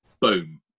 Boom